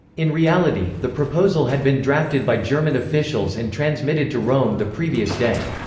in reality, the proposal had been drafted by german officials and transmitted to rome the previous day.